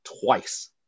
twice